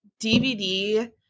dvd